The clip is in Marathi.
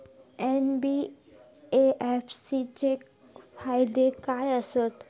एन.बी.एफ.सी चे फायदे खाय आसत?